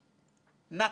שיגענו אותך,